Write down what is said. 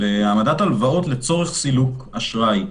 של העמדת הלוואות לצורך סילוק אשראי,